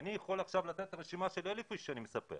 אני יכול עכשיו לתת רשימה של 1,000 אנשים להם אני מספק